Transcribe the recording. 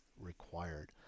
required